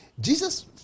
jesus